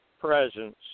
presence